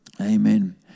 Amen